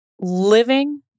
living